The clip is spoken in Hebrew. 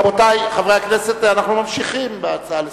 רבותי חברי הכנסת, אנחנו ממשיכים בהצעה לסדר-היום.